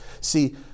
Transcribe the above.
see